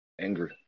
angry